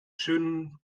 schönen